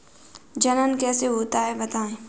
जनन कैसे होता है बताएँ?